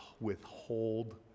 withhold